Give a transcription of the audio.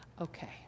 okay